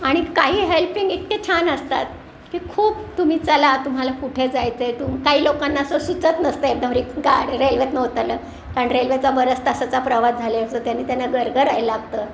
आणि काही हेल्पिंग इतके छान असतात की खूप तुम्ही चला तुम्हाला कुठे जायचं आहे तुम काही लोकांना असं सुचत नसतं एकदा रे गा रेल्वेतनं उतरल्यावर कारण रेल्वेचा बऱ्याच तासाचा प्रवास झाले असतो त्याने त्यांना गरगरायला लागतं